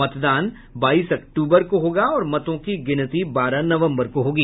मतदान बाईस अक्टूबर को होगा और मतों की गिनती बारह नवंबर को होगी